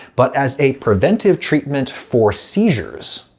but as a preventive treatment for seizures.